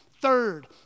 third